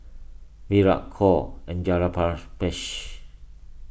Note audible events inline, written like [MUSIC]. Virat Choor and [UNINTELLIGIBLE]